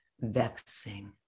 vexing